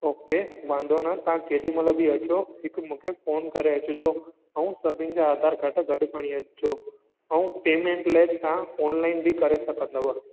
okay वांधो न तां केॾी महिल बि अचो हिकु मूंखे फोन करे अचजो ऐं सभिन जा आधार काड गॾु खणी अचजो ऐं पेमेंट लाइ तव्हां ऑनलाइन बि करे सघंदव